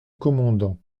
commandant